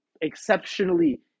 exceptionally